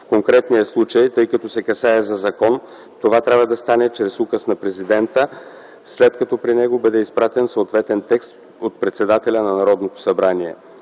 В конкретния случай, тъй като се касае за закон, това трябва да стане чрез указ на президента, след като при него бъде изпратен съответен текст от председателя на Народното събрание.